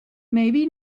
maybe